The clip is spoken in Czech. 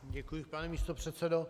Děkuji, pane místopředsedo.